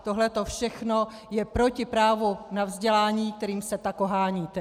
Tohleto všechno je proti právu na vzdělání, kterým se tak oháníte.